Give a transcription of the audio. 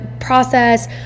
process